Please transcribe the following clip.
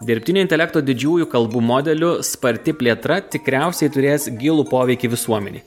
dirbtinio intelekto didžiųjų kalbų modelių sparti plėtra tikriausiai turės gilų poveikį visuomenei